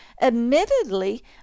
admittedly